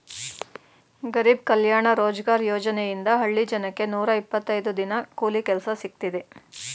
ಗರಿಬ್ ಕಲ್ಯಾಣ ರೋಜ್ಗಾರ್ ಯೋಜನೆಯಿಂದ ಹಳ್ಳಿ ಜನಕ್ಕೆ ನೂರ ಇಪ್ಪತ್ತೈದು ದಿನ ಕೂಲಿ ಕೆಲ್ಸ ಸಿಕ್ತಿದೆ